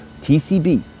TCB